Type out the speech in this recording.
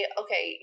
okay